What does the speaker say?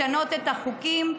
לשנות את החוקים,